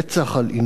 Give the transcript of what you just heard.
על עינויים,